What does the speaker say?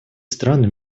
стран